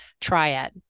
triad